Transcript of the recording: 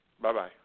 Bye-bye